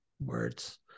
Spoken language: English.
words